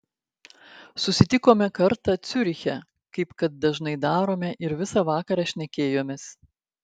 susitikome kartą ciuriche kaip kad dažnai darome ir visą vakarą šnekėjomės